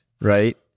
right